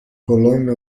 colonne